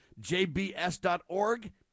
JBS.org